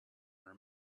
her